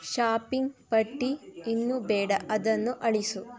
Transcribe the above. shopping ಪಟ್ಟಿ ಇನ್ನು ಬೇಡ ಅದನ್ನು ಅಳಿಸು